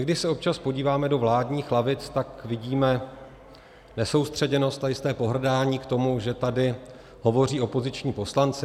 Když se občas podíváme do vládních lavic, tak vidíme nesoustředěnost a jisté pohrdání k tomu, že tady hovoří opoziční poslanci.